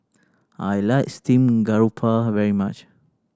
I like steamed garoupa very much